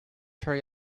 hurry